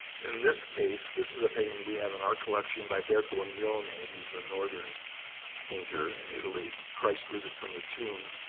in this case, this is a painting we have in our collection by bergognone. he is a northern painter in italy, christ risen from the tomb,